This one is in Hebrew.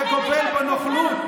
שגובל בנוכלות.